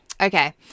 Okay